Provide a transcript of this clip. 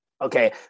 Okay